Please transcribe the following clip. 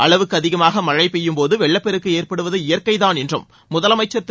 அளவுக்கு அதிகமாக மழை பெய்யும்போது வெள்ளப் பெருக்கு ஏற்படுவது இயற்கைதான் என்றும் முதலமைச்சர் திரு